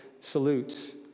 salutes